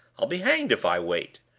i'll be hanged if i wait.